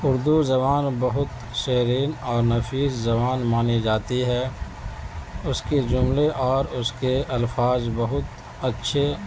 اردو زبان بہت شیریں اور نفیس زبان مانی جاتی ہے اس کے جملے اور اس کے الفاظ بہت اچھے